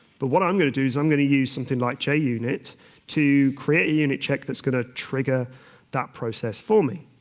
but what i'm going to do is i'm going to use something i like j unit to create a unit check that's going to trigger that process for me.